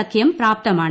സഖ്യം പ്രാപ്തമാണ്